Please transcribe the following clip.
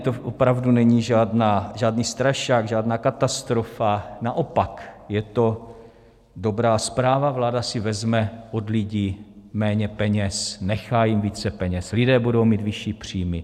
To opravdu není žádný strašák, žádná katastrofa, naopak, je to dobrá zpráva vláda si vezme od lidí méně peněz, nechá jim více peněz, lidé budou mít vyšší příjmy.